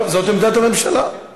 טוב, זאת עמדת הממשלה.